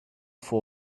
for